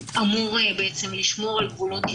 השוני היחידי הוא לעניין עצם ביצוע הבדיקות למען היציאה מהבידוד.